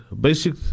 basic